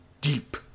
deep